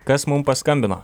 kas mum paskambino